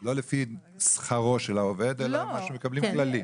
לא לפי שכרו של העובד, אלא מה שמקבלים בכללי.